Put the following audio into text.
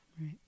Right